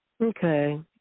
Okay